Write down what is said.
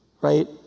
right